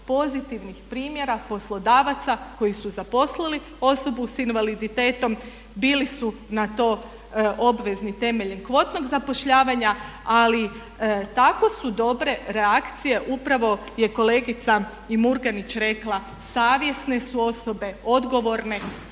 pozitivnih primjera poslodavaca koji su zaposlili osobu s invaliditetom. Bili su na to obvezni temeljem kvotnog zapošljavanja ali tako su dobre reakcije upravo je kolegice i Murganić rekla savjesne su osobe, odgovorne,